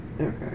Okay